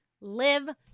Live